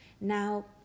Now